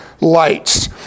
lights